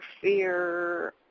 fear